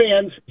fans